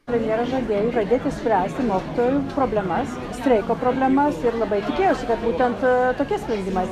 premjeras žadėjo pradėti spręsti mokytojų problemas streiko problemas ir labai tikėjausi kad būtent tokie sprendimai